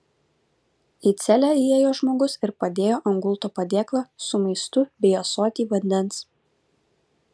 į celę įėjo žmogus ir padėjo ant gulto padėklą su maistu bei ąsotį vandens